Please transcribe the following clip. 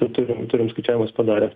bet turim turim skaičiavimus padarę